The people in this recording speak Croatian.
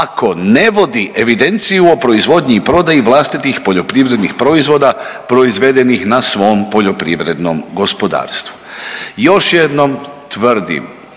ako ne vodi evidenciju o proizvodnji i prodaji vlastitih poljoprivrednih proizvoda proizvedenih na svom poljoprivrednom gospodarstvu. Još jednom tvrdim,